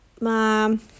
mom